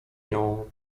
nią